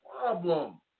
problem